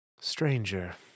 Stranger